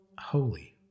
holy